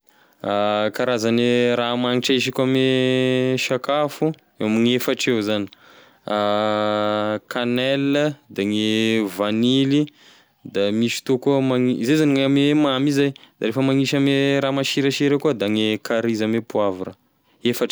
Karazane raha magnitry ahisiko ame sakafo, eo ame efatry eo zany, canelle de gne vanily, da misy fotoa koa magnis- zay zany gn'ame mamy, refa magnisy ame raha masirasira koa da gne carry izy ame poavra, efatry.